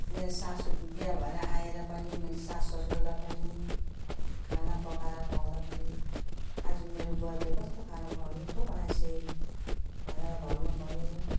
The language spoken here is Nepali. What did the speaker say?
मेरो सासू बिहा भएर आएर पनि मैले सासूससुरालाई पनि खाना पकाएर खुवाउँदाखेरि आज मेरो बुहारीले कस्तो खाना मिठ्ठो बनाइछे भनेर भन्नुभयो